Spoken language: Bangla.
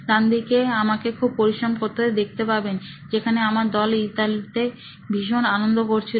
ডানদিকে আমাকে খুব পরিশ্রম করতে দেখতে পাবেন যেখানে আমার দল ইতালিতে ভীষণ আনন্দ করছিল